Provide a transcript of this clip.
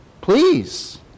Please